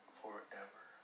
forever